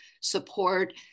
support